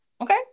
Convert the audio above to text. Okay